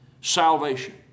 salvation